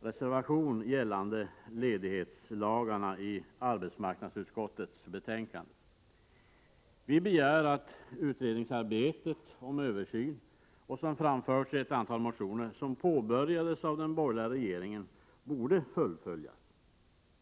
reservation i arbetsmarknadsutskottets betänkande gällande ledighetslagarna. Vi begär att den utredning om översyn som påbörjades av den borgerliga regeringen skall fullföljas. Detta framförs i ett antal motioner.